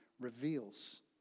reveals